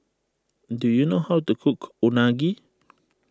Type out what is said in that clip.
do you know how to cook Unagi